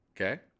Okay